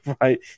right